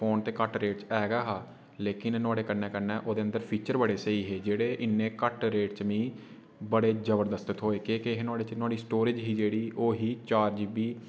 phone ते घट्ट rate च ऐ गै हा लेकिन नुहाड़े कन्नै कन्नै ओह्दे अंदर फीचर बड़े स्हेई हे जेह्ड़े इन्ने घट्ट रेट च मीं बड़े जबरदस्त थ्होए केह् केह् हे नोहाड़े च नोहाड़ी स्टोरेज ही जेह्ड़ी ओह् ही चार जीबी